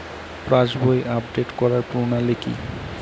পাসবই update করার প্রণালী কি?